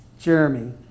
Jeremy